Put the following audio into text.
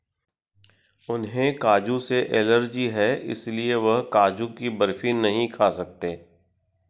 उन्हें काजू से एलर्जी है इसलिए वह काजू की बर्फी नहीं खा सकते